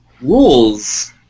rules